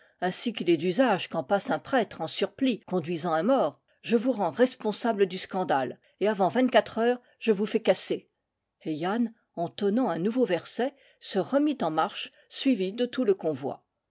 ainsi qu'il est d'usage quand passe un prêtre en surplis conduisant un mort je vous rends responsable du scandale et avant vingt-quatre heures je vous fais casser et yann entonnant un nouveau verset se remit en mar che suivi de tout le convoi